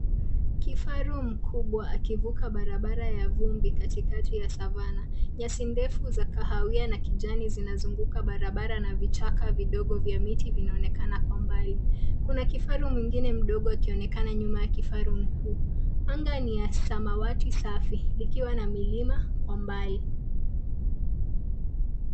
Kifaru mkubwa akivuka barabara ya vumbi katikati ya Savana, nyasi ndefu za kahawia na kijani zinazunguka barabara na vichaka vidogo vya miti vinaonekana kwa mbali. Kuna kifaru mwingine mdogo akionekana nyuma ya kifaru mkuu. Anga ni ya samawati safi, likiwa na milima kwa mbali.